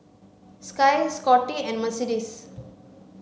Skye Scottie and Mercedes